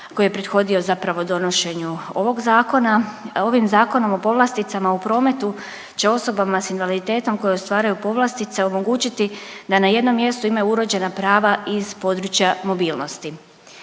koji je prethodio zapravo donošenju ovog zakona, ovim zakonom o povlasticama u prometu će osobama s invaliditetom koje ostvaruju povlastice omogućiti da na jednom mjestu imaju uređena prava iz područja mobilnosti.